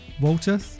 Walter